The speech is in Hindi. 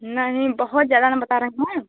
नहीं बहुत ज़्यादा ना बता रही हैं